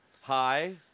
hi